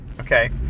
Okay